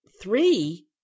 Three